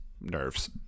nerves